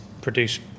produce